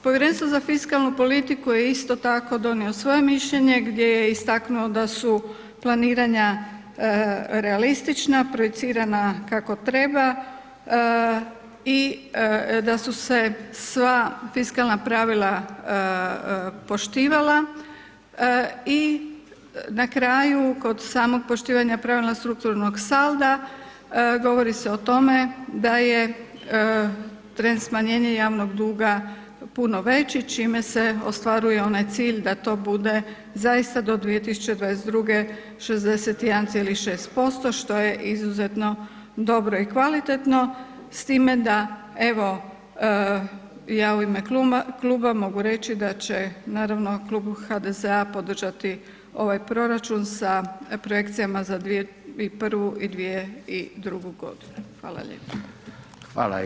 Povjerenstvo za fiskalnu politiku je isto tako donio svoje mišljenje gdje je istaknuo d su planiranja realistična, projicirana kako treba i da su se sva fiskalna pravila poštivala i na kraju kod samog poštivanja pravila strukturnog salda govori se o tome da je trend smanjenja javnog duga puno veći čime se ostvaruje onaj cilj da to bude zaista do 2022. 61,6% što je izuzetno dobro i kvalitetno, s time da evo ja u ime kluba mogu reći da će naravno klub HDZ-a podržati ovaj proračun sa projekcijama za 2021. i 2022. godinu.